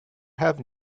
have